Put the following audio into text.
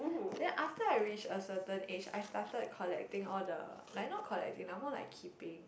then after I reach a certain age I started collecting all the like not collecting like more like keeping